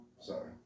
Sorry